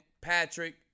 Patrick